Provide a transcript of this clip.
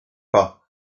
pas